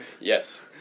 Yes